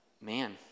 man